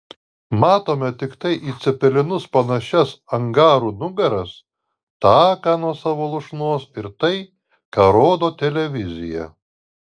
matome tiktai į cepelinus panašias angarų nugaras taką nuo savo lūšnos ir tai ką rodo televizija